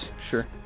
sure